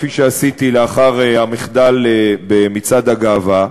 כפי שעשיתי לאחר המחדל במצעד הגאווה,